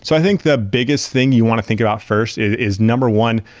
so i think the biggest thing you want to think about first is, number one,